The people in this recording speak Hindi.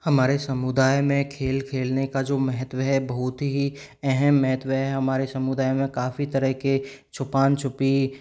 हमारे समुदाय में खेल खेलने का जो महत्व है बहुत ही अहम महत्व है हमारे समुदाय में काफ़ी तरह के छुपान छुपी